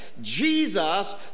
jesus